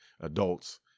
adults